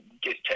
get